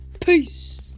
peace